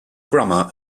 grammar